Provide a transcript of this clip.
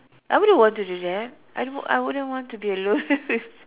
I wouldn't want to do that I would I wouldn't want to be alone